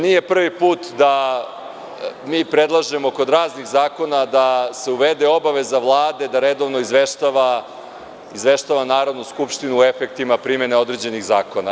Nije prvi put da mi predlažemo kod raznih zakona da se uvede obaveza Vlade da redovno izveštava Narodnu skupštinu o efektima primene određenih zakona.